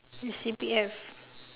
his C_P_F